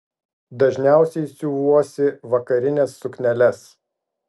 dažniausiai siuvuosi vakarines sukneles